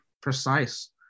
precise